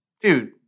dude